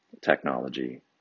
technology